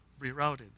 rerouted